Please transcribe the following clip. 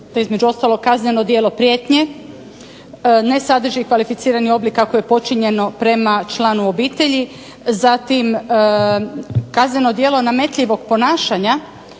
između ostalog kazneno djelo prijetnje ne sadrži kvalificirani oblik kako je počinjeno prema članu obitelji. Zatim kazneno djelo nametljivog ponašanja